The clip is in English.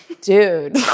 dude